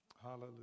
Hallelujah